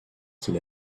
qu’il